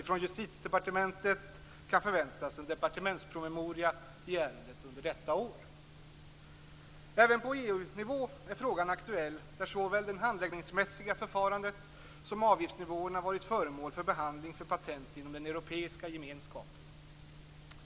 Från Justitiedepartementet kan förväntas en departementspromemoria i ärendet under detta år. Även på EU-nivå är frågan aktuell. Såväl det handläggningsmässiga förfarandet som avgiftsnivåerna har varit föremål för behandling för patent inom den europeiska gemenskapen.